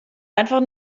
einfach